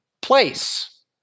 place